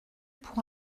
pour